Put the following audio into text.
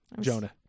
Jonah